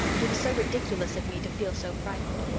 it was so ridiculous of me to feel so frightened.